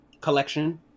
collection